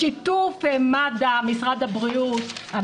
בשיתוף מד"א ומשרד הבריאות,